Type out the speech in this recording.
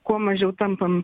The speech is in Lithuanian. kuo mažiau tampam